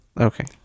okay